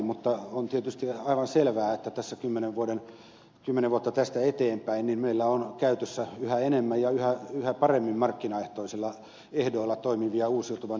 mutta on tietysti aivan selvää että kymmenen vuotta tästä eteenpäin meillä on käytössämme yhä enemmän ja yhä paremmin markkinaehtoisilla ehdoilla toimivia uusiutuvan energian tuotantomuotoja